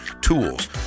tools